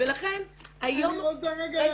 ולכן -- אני רוצה רגע להפריע,